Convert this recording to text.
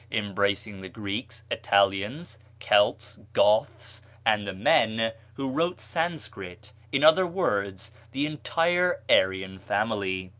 embracing the greeks, italians, celts, goths, and the men who wrote sanscrit in other words, the entire aryan family.